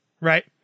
right